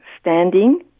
standing